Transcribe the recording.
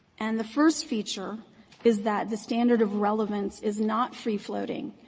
and the first feature is that the standard of relevance is not free-floating.